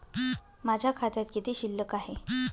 माझ्या खात्यात किती शिल्लक आहे?